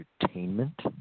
entertainment